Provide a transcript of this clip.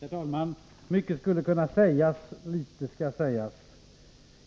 Herr talman! Mycket skulle kunna sägas — litet skall sägas.